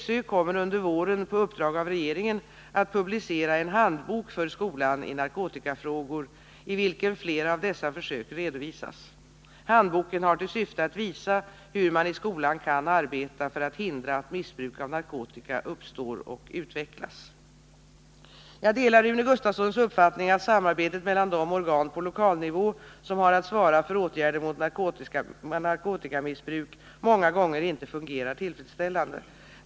SÖ kommer under våren på uppdrag av regeringen att publicera en handbok för skolan narkotikafrågor, i vilken flera av dessa försök redovisas. Handboken har till syfte att visa hur man i skolan kan arbeta för att hindra att missbruk av narkotika uppstår och utvecklas. Jag delar Rune Gustavssons uppfattning att samarbetet mellan de organ på lokal nivå som har att svara för åtgärder mot narkotikamissbruk många gånger inte fungerar tillfredsställande.